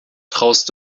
traust